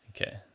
okay